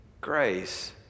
grace